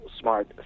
smart